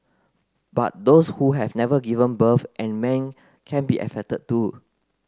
but those who have never given birth and men can be affected too